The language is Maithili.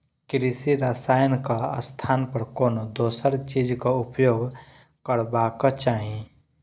कृषि रसायनक स्थान पर कोनो दोसर चीजक उपयोग करबाक चाही